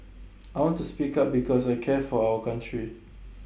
I want to speak up because I care for our country